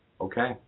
okay